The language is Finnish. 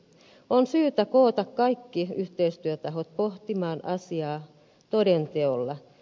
on syytä koota kaikki yhteistyötahot pohtimaan asiaa toden teolla